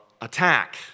attack